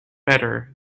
better